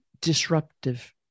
disruptive